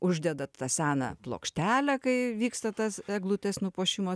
uždedat tą seną plokštelę kai vyksta tas eglutės nupuošimo